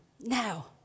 Now